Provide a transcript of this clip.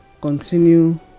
continue